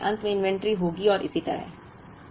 यही 3 के अंत में इन्वेंट्री होगी और इसी तरह